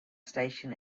station